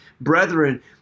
brethren